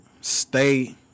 Stay